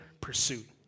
pursuit